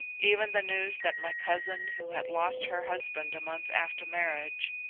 even the news that my cousin who had lost her husband a month after marriage,